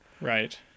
Right